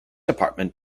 department